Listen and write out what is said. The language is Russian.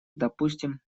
допустим